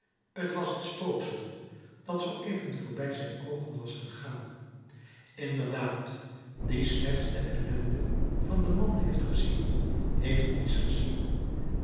t was het spooksel dat zooeven voorbij zijn oogen was gegaan inderdaad die slechts de ellende van den man heeft gezien heeft niets gezien